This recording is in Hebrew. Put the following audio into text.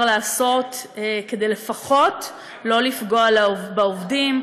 לעשות כדי לפחות לא לפגוע בעובדים,